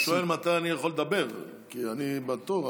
אני שואל מתי אני יכול לדבר, כי אני בתור.